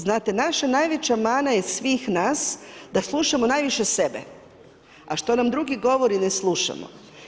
Znate, naša najveća mana je svih nas da slušamo najviše sebe a što nam drugi govori ne slušamo.